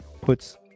puts